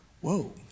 whoa